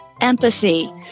empathy